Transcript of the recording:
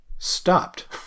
Stopped